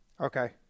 Okay